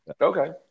okay